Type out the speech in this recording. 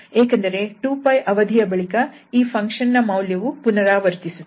ಏಕೆಂದರೆ 2𝜋 ಅವಧಿಯ ಬಳಿಕ ಈ ಫಂಕ್ಷನ್ ನ ಮೌಲ್ಯವು ಪುನರಾವರ್ತಿಸುತ್ತದೆ